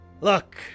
look